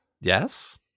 Yes